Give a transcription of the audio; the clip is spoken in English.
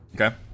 Okay